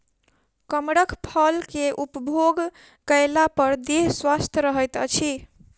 कमरख फल के उपभोग कएला पर देह स्वस्थ रहैत अछि